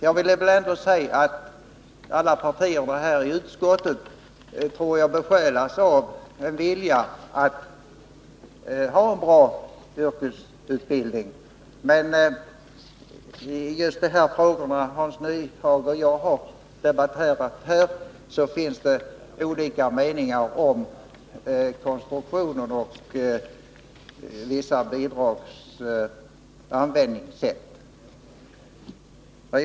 Jag tror att alla partier i utskottet har besjälats av en vilja att skapa en bra yrkesutbildning, men i just de frågor som Hans Nyhage och jag har debatterat här finns det olika meningar om konstruktionen och användningen av vissa bidrag.